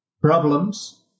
problems